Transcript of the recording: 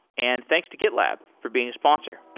and thanks to gitlab for being a sponsor.